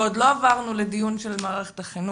ועוד לא עברנו לדיון של מערכת החינוך.